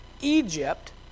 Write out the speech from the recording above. Egypt